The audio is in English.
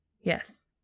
yes